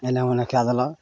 एने ओने कए देलक